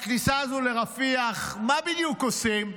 בכניסה הזאת לרפיח מה בדיוק עושים?